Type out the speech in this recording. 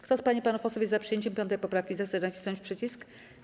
Kto z pań i panów posłów jest za przyjęciem 5. poprawki, zechce nacisnąć przycisk.